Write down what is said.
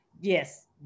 yes